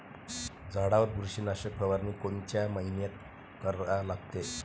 झाडावर बुरशीनाशक फवारनी कोनच्या मइन्यात करा लागते?